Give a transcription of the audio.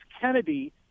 Kennedy